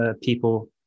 people